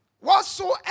Whatsoever